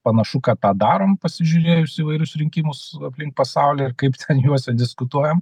panašu kad tą darom pasižiūrėjus įvairius rinkimus aplink pasaulį ir kaip juose diskutuojam